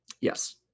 Yes